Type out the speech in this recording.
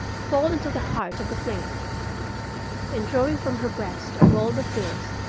fall into the heart of the flames and drawing from her breast a roll of bills,